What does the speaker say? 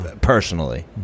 Personally